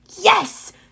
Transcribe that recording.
Yes